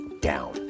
down